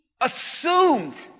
assumed